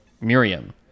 Miriam